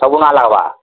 ସବୁ ନା ଲାଗ୍ବା